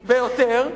המשמעותית ביותר,